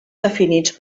definits